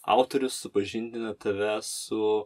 autorius supažindina tave su